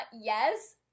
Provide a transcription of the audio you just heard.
yes